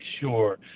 sure